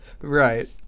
Right